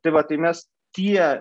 tai va tai mes tie